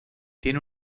tiene